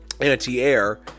anti-air